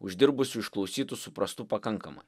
uždirbusių išklausytų suprastų pakankamai